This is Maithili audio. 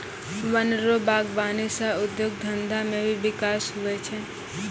वन रो वागबानी सह उद्योग धंधा मे भी बिकास हुवै छै